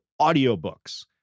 audiobooks